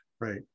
Right